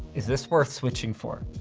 is this worth switching for?